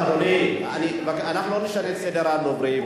אדוני, אנחנו לא נשנה את סדר הדוברים.